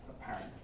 apparent